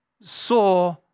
saw